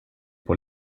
pour